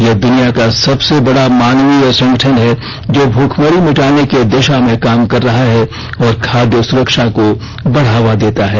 यह दुनिया का सबसे बड़ा मानवीय संगठन है जो भुखमरी मिटाने की दिशा में काम कर रहा है और खाद्य सुरक्षा को बढ़ावा देता है